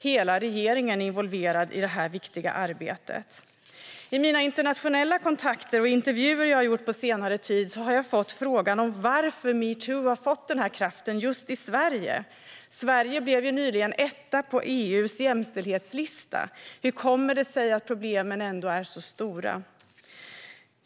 Hela regeringen är involverad i detta viktiga arbete. I mina internationella kontakter och i intervjuer jag har gjort på senare tid har jag fått frågan om varför metoo har fått den här kraften i Sverige. Sverige blev ju nyligen etta på EU:s jämställdhetslista. Hur kommer det sig att problemen ändå är så stora?